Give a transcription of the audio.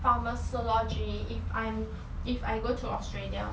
pharmacology if im if I go to australia